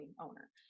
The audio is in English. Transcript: owner